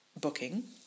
booking